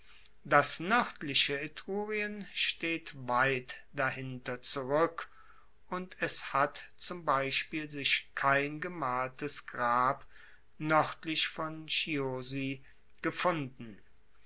das noerdliche etrurien steht weit dahinter zurueck und es hat zum beispiel sich kein gemaltes grab noerdlich von chiusi gefunden